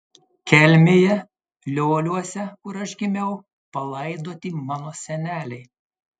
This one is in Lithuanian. kelmėje lioliuose kur aš gimiau palaidoti mano seneliai